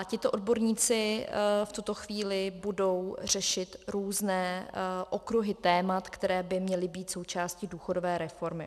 Tito odborníci v tuto chvíli budou řešit různé okruhy témat, které by měly být součástí důchodové reformy.